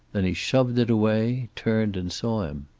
then he shoved it away, turned and saw him.